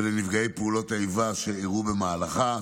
ולנפגעי פעולות האיבה שאירעו במהלכה,